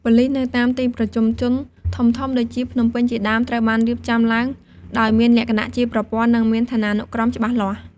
ប៉ូលិសនៅតាមទីប្រជុំជនធំៗដូចជាភ្នំពេញជាដើម ត្រូវបានរៀបចំឡើងដោយមានលក្ខណៈជាប្រព័ន្ធ និងមានឋានានុក្រមច្បាស់លាស់។